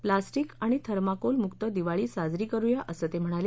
plastic आणि थर्माकोलमुक्त दिवाळी साजरी करूया असं ते म्हणाले